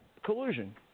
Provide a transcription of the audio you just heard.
collusion